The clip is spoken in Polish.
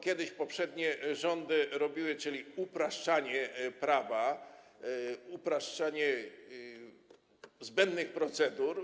Kiedyś poprzednie rządy to robiły, czyli było upraszczanie prawa, upraszczanie zbędnych procedur.